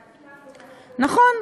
נכון,